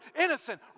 innocent